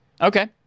okay